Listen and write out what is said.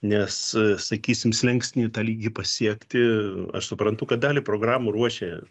nes sakysim slenkstinį tą lygį pasiekti aš suprantu kad dalį programų ruošia